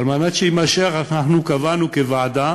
כדי שיימשך אנחנו קבענו, כוועדה,